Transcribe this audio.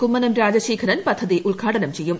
കുമ്മനം രാജശേഖരൻ പദ്ധതി ഉദ്ഘാടനം ചെയ്യും